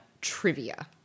trivia